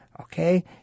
Okay